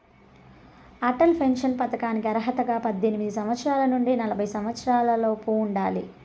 Atal pension పథకానికి అర్హతగా పద్దెనిమిది సంవత్సరాల నుండి నలభై సంవత్సరాలలోపు ఉండాలి